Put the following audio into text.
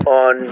on